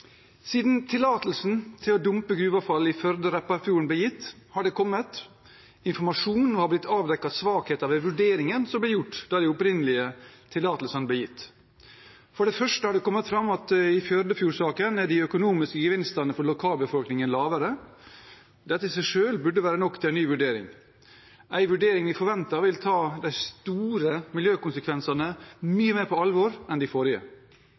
Siden tillatelsen til å dumpe gruveavfall i Førdefjorden og Repparfjorden ble gitt, har det kommet informasjon om og blitt avdekket svakheter ved vurderingen som ble gjort da de opprinnelige tillatelsene ble gitt. For det første har det kommet fram at i Førdefjorden-saken er de økonomiske gevinstene for lokalbefolkningen lavere enn tidligere antatt. Dette burde i seg selv være nok til å gi en ny vurdering – en vurdering vi forventer vil ta de store miljøkonsekvensene mye mer på alvor enn den forrige.